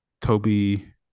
Toby